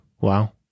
Wow